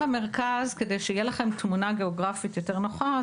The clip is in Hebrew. כדי שתהיה לכם תמונה גיאוגרפית יותר נוחה,